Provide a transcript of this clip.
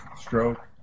stroke